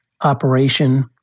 operation